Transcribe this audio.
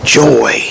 joy